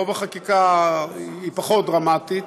רוב החקיקה היא פחות דרמטית,